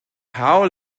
how